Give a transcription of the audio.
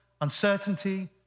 uncertainty